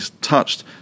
touched